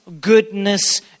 goodness